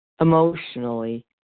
emotionally